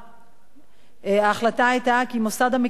ההחלטה היתה כי מוסד המכיר במעורבות